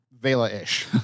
Vela-ish